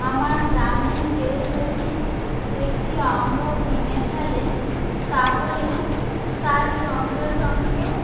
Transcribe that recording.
আমার গ্রামের কেউ যদি একটি অঙ্গ ভেঙে ফেলে তাহলে তার সঙ্গে সঙ্গে